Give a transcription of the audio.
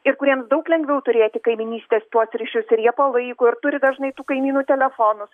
ir kuriem daug lengviau turėti kaimynystės tuos ryšius ir jie palaiko ir turi dažnai tų kaimynų telefonus